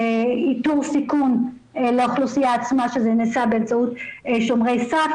איתור סיכון לאוכלוסייה עצמה שזה נעשה באמצעות שומרי סף,